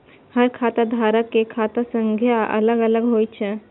हर खाता धारक के खाता संख्या अलग अलग होइ छै